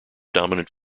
dominant